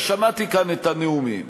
שמעתי כאן את הנאומים,